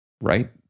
right